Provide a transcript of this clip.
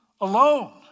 alone